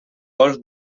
golf